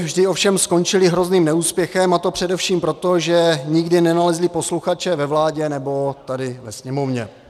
Vždy ovšem skončily hrozným neúspěchem, a to především proto, že nikdy nenalezli posluchače ve vládě nebo tady ve Sněmovně.